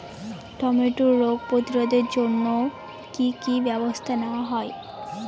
টমেটোর রোগ প্রতিরোধে জন্য কি কী ব্যবস্থা নেওয়া হয়?